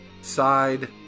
Side